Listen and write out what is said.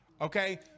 Okay